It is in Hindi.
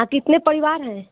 और कितने परिवार हैं